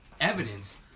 evidence